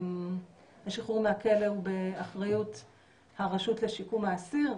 השחרור מהכלא הוא באחריות הרשות לשיקום האסיר,